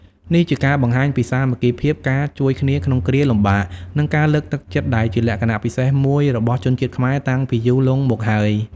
នេះជាការបង្ហាញពីសាមគ្គីភាព ការជួយគ្នាក្នុងគ្រាលំបាក និងការលើកទឹកចិត្តដែលជាលក្ខណៈពិសេសមួយរបស់ជនជាតិខ្មែរតាំងពីយូរលង់មកហើយ។